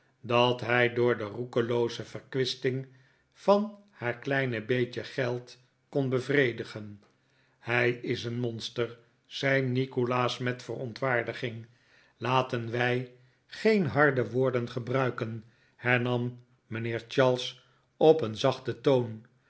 dat hij door de roekelooze verkwisting van haar kleine beetje geld kon bevredigen hij is een monster zei nikolaas met verontwaardiging laten wij geen harde woorden gebruiken hernam mijnheer charles op een zachten toon